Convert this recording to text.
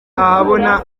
ahabona